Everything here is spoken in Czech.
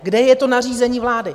Kde je to nařízení vlády?